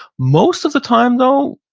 most of the time though,